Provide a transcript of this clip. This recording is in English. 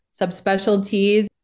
subspecialties